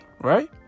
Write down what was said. right